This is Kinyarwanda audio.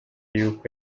yuko